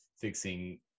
fixing